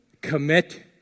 Commit